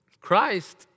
Christ